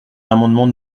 l’amendement